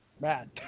bad